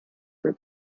for